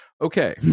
okay